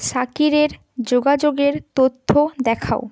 সাকিরের যোগাযোগের তথ্য দেখাও